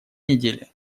неделе